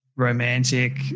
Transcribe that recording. romantic